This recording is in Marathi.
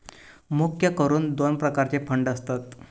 मुख्य करून दोन प्रकारचे फंड असतत